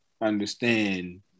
understand